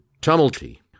Tumulty